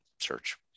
search